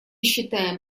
считаем